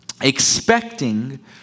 expecting